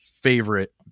favorite